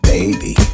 Baby